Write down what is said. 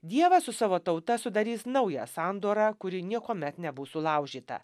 dievas su savo tauta sudarys naują sandorą kuri niekuomet nebus sulaužyta